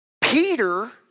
Peter